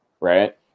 right